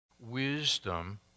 wisdom